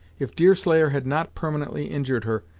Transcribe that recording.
if deerslayer had not permanently injured her,